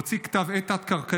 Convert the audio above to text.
הוא הוציא כתב עת תת-קרקעי,